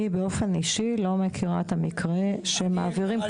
אני באופן אישי לא מכירה את המקרה שמעבירים